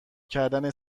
کردن